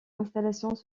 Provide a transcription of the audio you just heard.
installations